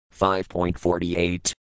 5.48